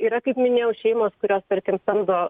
yra kaip minėjau šeimos kurios tarkim samdo